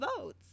votes